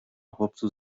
chłopców